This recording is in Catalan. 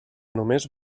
només